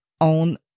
own